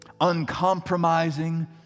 uncompromising